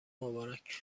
مبارک